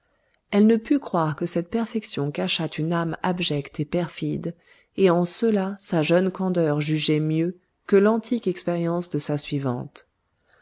elle ne put croire que cette perfection cachât une âme abjecte et perfide et en cela sa jeune candeur jugeait mieux que l'antique expérience de sa suivante